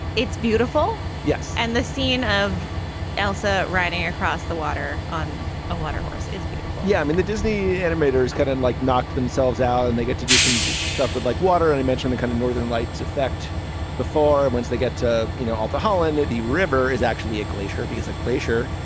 it's beautiful. yes. and the scene of elsa riding across the water on a water horse is beautiful yeah. i mean, the disney animators could have and like knocked themselves out and they get to do some stuff with like water. and i mentioned the kind of northern lights effect and once they get to, you know, alcohol in that he river is actually a glacier, because a glacier,